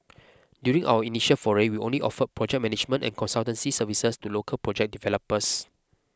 during our initial foray we only offered project management and consultancy services to local project developers